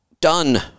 done